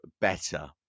better